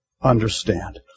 understand